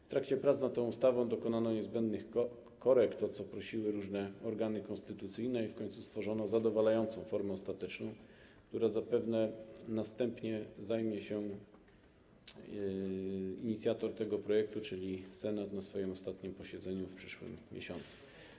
W trakcie prac nad tą ustawą dokonano niezbędnych korekt, o co prosiły różne organy konstytucyjne, i w końcu stworzono zadowalającą formę ostateczną, którą zapewne następnie zajmie się inicjator tego projektu, czyli Senat, na swoim ostatnim posiedzeniu w przyszłym miesiącu.